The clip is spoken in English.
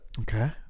Okay